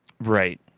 Right